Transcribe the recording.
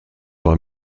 war